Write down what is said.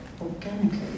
organically